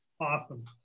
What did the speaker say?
Awesome